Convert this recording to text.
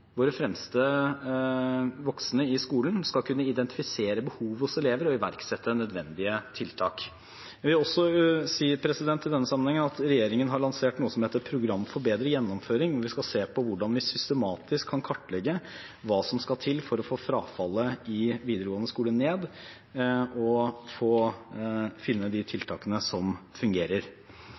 Våre fremste voksne i skolen skal kunne identifisere behov hos elever og iverksette nødvendige tiltak. Jeg vil også si i denne sammenheng at regjeringen har lansert noe som heter Program for bedre gjennomføring, hvor vi skal se på hvordan vi systematisk kan kartlegge hva som skal til for å få frafallet i videregående skole ned og finne de tiltakene som fungerer.